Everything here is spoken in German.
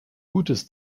gutes